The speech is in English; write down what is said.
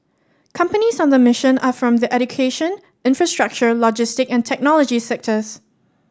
companies on the mission are from the education infrastructure logistic and technology sectors